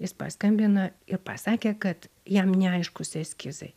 jis paskambino ir pasakė kad jam neaiškūs eskizai